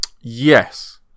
Yes